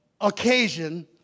occasion